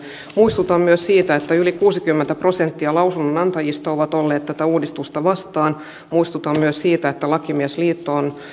muistutan myös siitä että yli kuusikymmentä prosenttia lausunnon antajista on ollut tätä uudistusta vastaan muistutan myös siitä että lakimiesliitto on